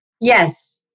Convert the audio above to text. yes